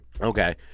Okay